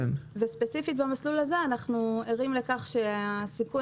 ספציפית במסלול הזה אנחנו ערים לכך שהסיכון